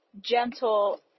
gentle